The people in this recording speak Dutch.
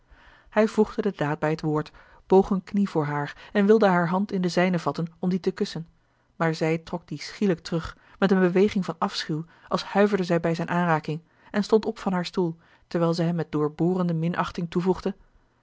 hij voegde de daad bij het woord boog eene knie voor haar en wilde hare hand in de zijne vatten om die te kussen maar zij trok die schielijk terug met eene beweging van afschuw als huiverde zij bij zijne aanraking en stond op van haar stoel terwijl zij hem met doorborende minachting toevoegde